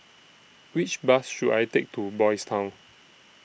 Which Bus should I Take to Boys' Town